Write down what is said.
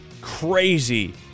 Crazy